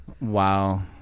Wow